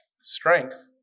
strength